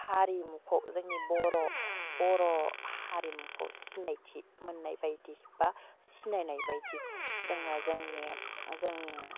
हारिमुखौ जोंनि बर' बर' हारिमुखौ सिनायथि मोन्नाय बायदि बा सिनायनाय बायदि जोङो जोंनि जोंनि